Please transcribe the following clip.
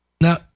Now